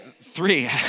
three